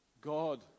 God